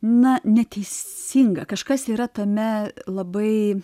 na neteisinga kažkas yra tame labai